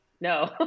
No